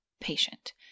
patient